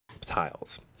tiles